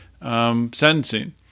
sentencing